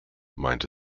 meinte